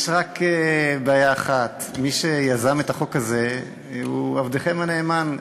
יש רק בעיה אחת: מי שיזם את החוק הזה הוא עבדכם הנאמן,